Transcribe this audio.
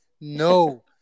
No